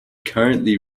currently